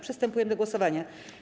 Przystępujemy do głosowania.